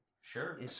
Sure